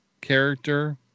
character